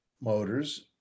Motors